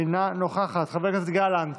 אינה נוכחת, חבר הכנסת גלנט,